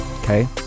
Okay